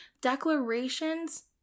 declarations